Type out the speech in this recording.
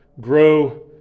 grow